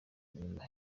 inyuma